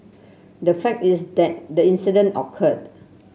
the fact is that the incident occurred